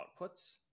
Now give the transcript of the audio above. outputs